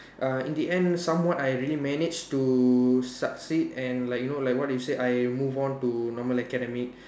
uh in the end some what I really manage to succeed and like you know like what you say I move on to normal academic